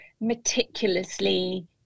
meticulously